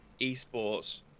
esports